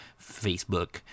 Facebook